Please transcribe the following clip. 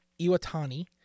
Iwatani